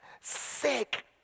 sick